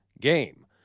game